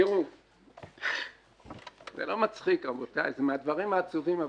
זה לא מצחיק, רבותי, אלה מהדברים העצובים.